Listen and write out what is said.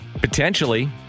Potentially